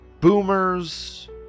boomers